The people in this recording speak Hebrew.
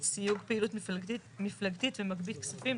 סיוג פעילות מפלגתית ומגבית כספים,